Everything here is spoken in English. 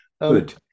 Good